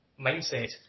mindset